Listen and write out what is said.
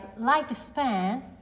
lifespan